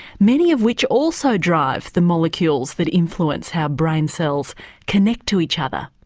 many of which also drive the molecules that influence how brain cells connect to each other.